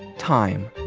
time.